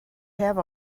have